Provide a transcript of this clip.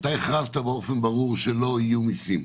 אתה הכרזת באופן ברור שלא יהיו מיסים.